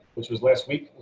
which was last week,